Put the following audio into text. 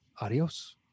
adios